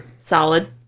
Solid